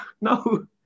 no